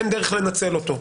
אין דרך לנצל אותו.